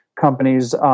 companies